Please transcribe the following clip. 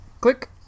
Click